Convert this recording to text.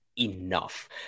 enough